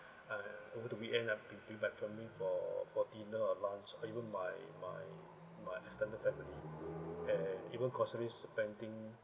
uh over the weekend I've been bring my family for for dinner or lunch even my my my external family and even groceries spending